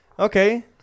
okay